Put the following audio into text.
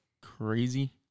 crazy